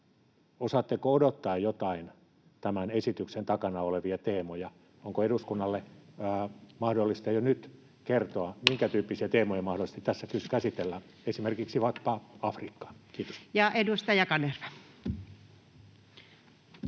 Osaatteko odottaa joitain tämän esityksen takana olevia teemoja? Onko eduskunnalle mahdollista jo nyt kertoa, minkä tyyppisiä teemoja mahdollisesti tässä käsitellään, esimerkiksi vaikkapa Afrikkaa? — Kiitos. Ja edustaja Kanerva.